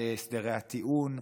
על הסדרי הטיעון,